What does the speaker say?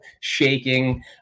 shaking